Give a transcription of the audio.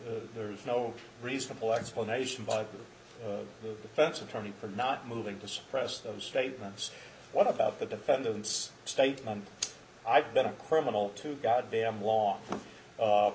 and there is no reasonable explanation by the defense attorney for not moving to suppress those statements what about the defendant's statement i've been a criminal to goddamn